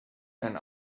and